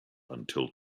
until